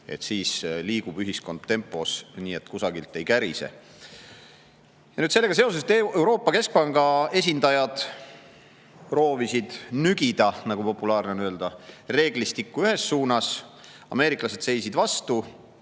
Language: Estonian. Siis liigub ühiskond sellise tempoga, et kusagilt ei kärise. Ja sellega seoses Euroopa Keskpanga esindajad proovisid nügida, nagu populaarne on öelda, reeglistikku ühes suunas, ameeriklased seisid vastu.